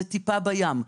זה טיפה בים.